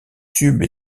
tube